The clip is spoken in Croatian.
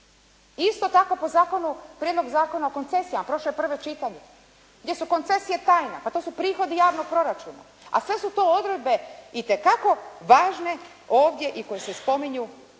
Isto tako, po zakonu Prijedlog zakona o koncesijama prošao je prvo čitanje gdje su koncesije tajna. Pa to su prihodi javnog proračuna, a sve su to odredbe itekako važne ovdje i koji se spominju u